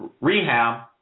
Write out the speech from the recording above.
rehab